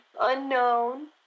unknown